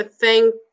thank